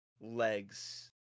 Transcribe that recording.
Legs